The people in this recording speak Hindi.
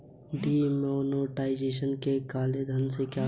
डी मोनेटाइजेशन के कारण काले धन में कमी देखी गई